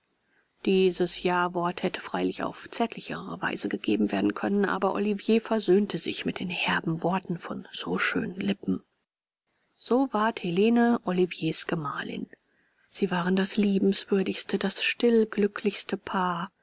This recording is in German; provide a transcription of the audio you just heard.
dies jawort hätte freilich auf zärtlichere weise gegeben werden können aber olivier versöhnte sich mit den herben worten von so schönen lippen so ward helene oliviers gemahlin sie waren das liebenswürdigste das stillglücklichste paar